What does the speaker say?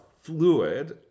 fluid